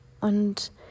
Und